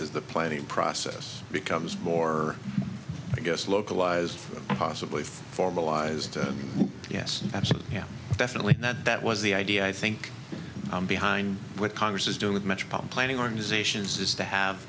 the planning process becomes more i guess localized possibly formalized yes actually yeah definitely that that was the idea i think i'm behind what congress is doing with metropolitan planning organizations is to have